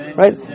right